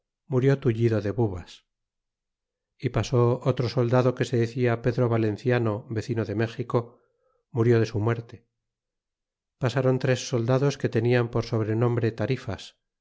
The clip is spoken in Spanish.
murió tullido de bubas e pasó otro soldado que se decia pedro valenciano vecino de méxico murió de su muerte pasáron tres soldados que tenían por sobrenombre tarifas